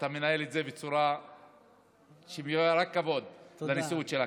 אתה מנהל את זה בצורה שמביאה רק כבוד לנשיאות של הכנסת.